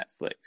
Netflix